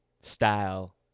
style